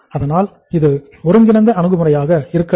அதனால் இது ஒருங்கிணைந்த அணுகுமுறையாக இருக்க வேண்டும்